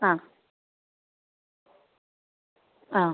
ആ ആ